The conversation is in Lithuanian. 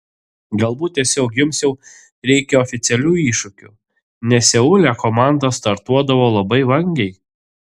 galbūt tiesiog jums jau reikia oficialių iššūkių nes seule komanda startuodavo labai vangiai